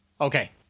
Okay